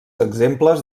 exemples